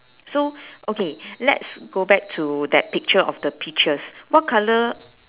so okay let's go back to that picture of the peaches what colour